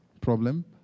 problem